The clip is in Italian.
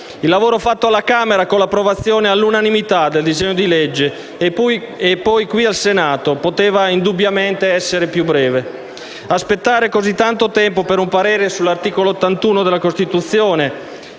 Il lavoro fatto alla Camera, con l'approvazione all'unanimità del disegno di legge, e poi qui al Senato poteva indubbiamente essere più breve. Aspettare così tanto tempo per un parere sull'articolo 81 della Costituzione